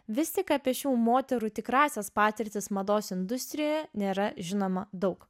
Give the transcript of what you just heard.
vis tik apie šių moterų tikrąsias patirtis mados industrijoje nėra žinoma daug